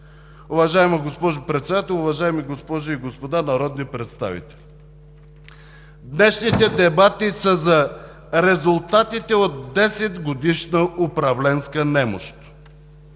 Уважаема госпожо Председател, уважаеми госпожи и господа народни представители, днешните дебати са за резултатите от десетгодишна управленска немощ